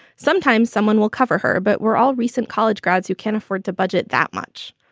sometimes someone will cover her, but we're all recent college grads who can't afford to budget that much.